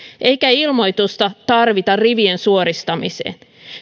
eikä ilmoitusta tarvita rivien suoristamiseen